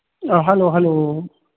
ꯑ hello hello